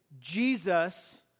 Jesus